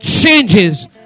changes